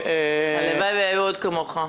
הלוואי והיו עוד כמוך.